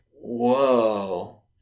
whoa